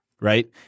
right